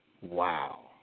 Wow